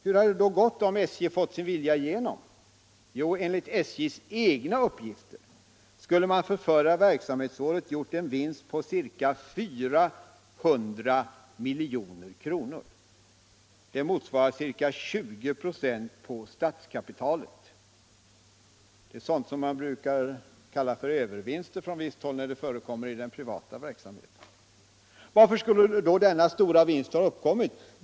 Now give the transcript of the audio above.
Hur hade det då gått om SJ fått sin vilja igenom? Jo, enligt SJ:s egna uppgifter skulle man för förra verksamhetsåret ha gjort en vinst på ca 400 milj.kr. Det motsvarar ca 20 24 på statskapitalet. Det är sådant som man från visst håll brukar kalla för övervinster när det förekommer i den privata verksamheten. Varför skulle då denna stora vinst ha uppkommit?